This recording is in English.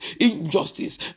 injustice